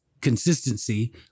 consistency